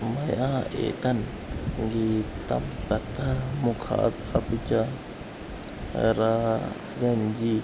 मया एतन् गीतं कथमुखात् अपि च रा रञ्जी